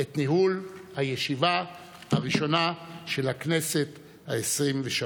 את ניהול הישיבה הראשונה של הכנסת העשרים-ושלוש.